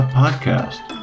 podcast